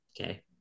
Okay